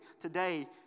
today